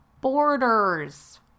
borders